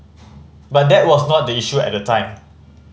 but that was not the issue at the time